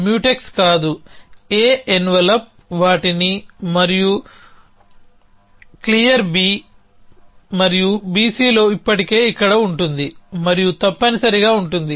mutex కాదు A envelope వాటిని A మరియు క్లియర్ B మరియు BCలో ఇప్పటికే ఇక్కడ ఉంటుంది మరియు తప్పనిసరిగా ఉంటుంది